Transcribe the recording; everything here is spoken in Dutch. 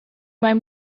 mijn